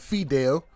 Fidel